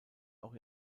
auch